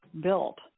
built